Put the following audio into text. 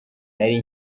nari